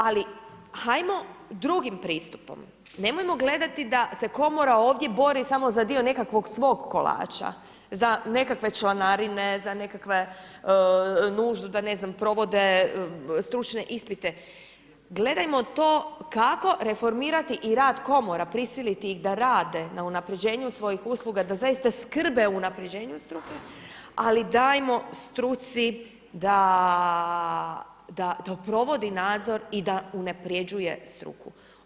Ali hajmo drugim pristupom, nemojmo gledati da se Komora ovdje bori samo za dio nekakvog svog kolača, za nekakve članarine, za nekakve nuždu, da ne znam provode, stručne ispite, gledajmo to kako reformirati i rad Komore, prisiliti ih da prisiliti ih da rade na unaprjeđenju svojih usluga da zaista skrbe o unaprjeđenju struke ali dajmo struci da provodi nadzor i da unaprjeđuje struku.